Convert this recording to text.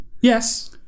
Yes